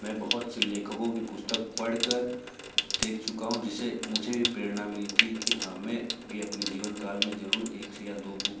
मैं बहुत से लेखकों की पुस्तक पढ़कर देख चुका हूँ जिससे मुझे भी प्रेरणा मिलती है कि हमें भी अपने जीवनकाल में जरूर एक से या दो बुक